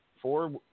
four